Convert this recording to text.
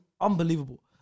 unbelievable